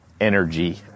energy